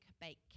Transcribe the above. bake